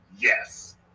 Yes